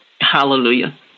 Hallelujah